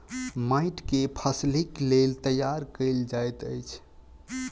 माइट के फसीलक लेल तैयार कएल जाइत अछि